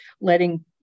letting